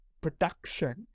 production